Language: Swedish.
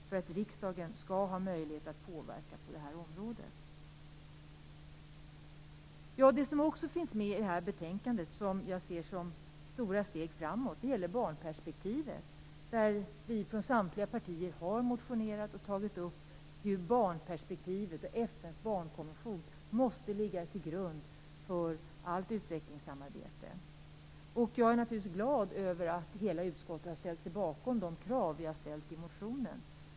Då har riksdagen möjlighet att påverka på det här området. I det här betänkandet finns också något med som jag ser som stora steg framåt. Det gäller barnperspektivet. Vi har från samtliga partier motionerat om och tagit upp att barnperspektivet och FN:s barnkonvention måste ligga till grund för allt utvecklingssamarbete. Jag är naturligtvis glad över att hela utskottet har ställt sig bakom de krav som vi har ställt i motionen.